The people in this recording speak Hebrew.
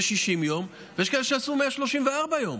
יש 60 יום, ויש כאלה שעשו 134 יום.